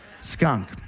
Skunk